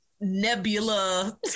nebula